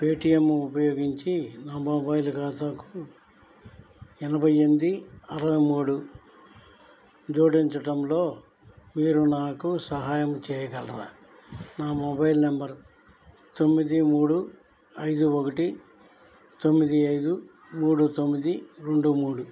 Paytm ఉపయోగించి నా mobile ఖాతాకు ఎనభై ఎనిమిది అరవై మూడు జోడించటంలో మీరు నాకు సహాయం చేయగలరా నా మొబైల్ నెంబరు తొమ్మిది మూడు ఐదు ఒకటి తొమ్మిది ఐదు మూడు తొమ్మిది రెండు మూడు